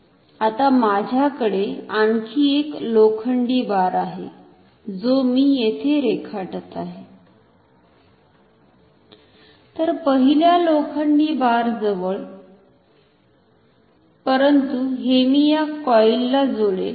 आता माझ्याकडे आणखी एक लोखंडी बार आहे जो मी येथे रेखाटत आहे तर पहिल्या लोखंडी बार जवळ परंतु हे मी ह्या कॉईल ला जोडेल